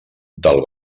del